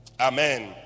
Amen